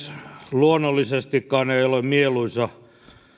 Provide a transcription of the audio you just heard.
luonnollisestikaan ei ole mieluisa